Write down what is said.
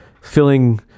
filling